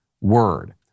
word